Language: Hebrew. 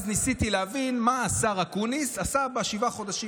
אז ניסיתי להבין מה השר אקוניס עשה בשבעת החודשים